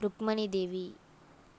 Rukmani Devi